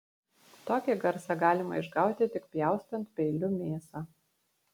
tokį garsą galima išgauti tik pjaustant peiliu mėsą